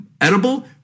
edible